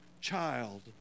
child